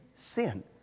sin